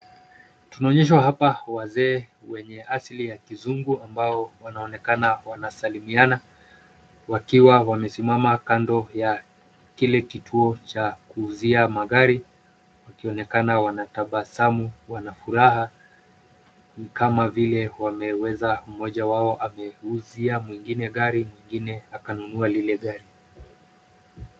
Tunaonyeshwa hapa wazee wenye asili ya kizungu ambao wanaonekana wanasalimiana wakiwa wamesimama kando ya kile kituo cha kuuzia magari, ikionekana wanatabasamu kwa furaha kama vile wameweza mmoja wao ameuzia mwingine gari, mwingine akanunua lile gari.